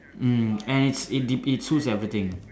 mm and it's it dep~ it suits everything